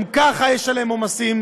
גם ככה יש עליהם עומסים,